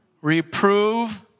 Reprove